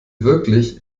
wirklich